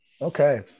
Okay